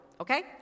okay